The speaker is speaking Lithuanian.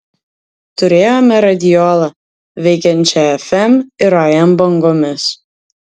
turėjome radiolą veikiančią fm ir am bangomis